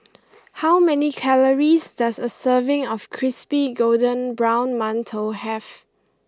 how many calories does a serving of Crispy Golden Brown Mantou have